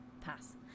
pass